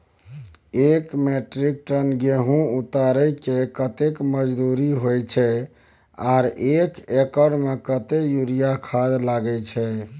एक metric tonne गेहूं उतारेके कतेक मजदूरी होय छै आर एक एकर में कतेक यूरिया खाद लागे छै?